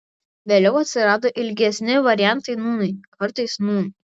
vėliau atsirado ilgesni variantai nūnai kartais nūn